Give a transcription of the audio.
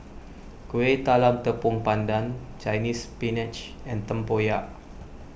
Kueh Talam Tepong Pandan Chinese Spinach and Tempoyak